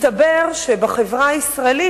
מסתבר שבחברה הישראלית,